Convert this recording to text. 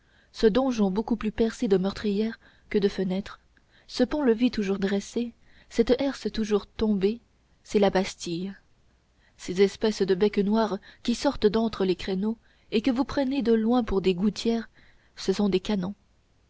ce donjon beaucoup plus percé de meurtrières que de fenêtres ce pont-levis toujours dressé cette herse toujours tombée c'est la bastille ces espèces de becs noirs qui sortent d'entre les créneaux et que vous prenez de loin pour des gouttières ce sont des canons